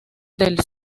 del